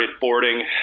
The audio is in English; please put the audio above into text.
boarding